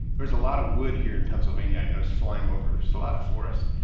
there's a lot of wood here in pennsylvania i noticed flying over, there's a lot of forests,